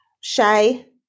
Shay